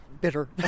bitter